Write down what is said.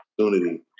opportunity